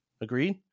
Agreed